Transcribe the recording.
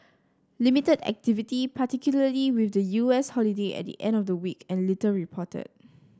limited activity particularly with the U S holiday at the end of the week and little reported